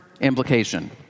implication